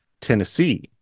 Tennessee